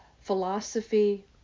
philosophy